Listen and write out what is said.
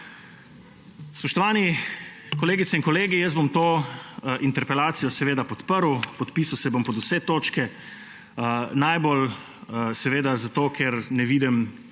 Spoštovani kolegice in kolegi, jaz bom to interpelacijo seveda podprl, podpisal se bom pod vse točke, najbolj seveda zato, ker ne vidim